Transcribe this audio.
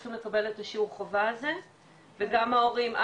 צריכים לקבל את השיעור חובה הזה וגם ההורים.